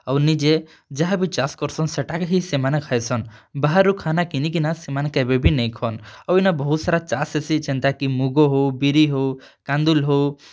ଆଉ ନିଜେ ଯାହା ବି ଚାଷ୍ କର୍ସନ୍ ସେଟା ହିଁ ସେମାନେ ଖାଏସନ୍ ବାହାରୁ ଖାନା କିନିକିନା ସେମାନେ କେବେ ବି ନାଇଁ ଖାଆନ୍ ଆଉ ଇନ ବହୁତ୍ ସାରା ଚାଷ୍ ହେସି ଯେନ୍ତା କି ମୁଗ ହେଉ ବିରି ହେଉ କାନ୍ଦୁଲ୍ ହେଉ